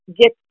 get